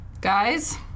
Guys